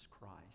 Christ